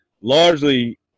largely